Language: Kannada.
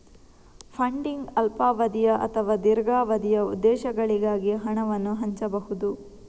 ಫಂಡಿಂಗ್ ಅಲ್ಪಾವಧಿಯ ಅಥವಾ ದೀರ್ಘಾವಧಿಯ ಉದ್ದೇಶಗಳಿಗಾಗಿ ಹಣವನ್ನು ಹಂಚಬಹುದು